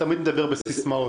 אתה תמיד מדבר בסיסמאות.